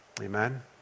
Amen